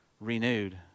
renewed